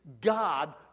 God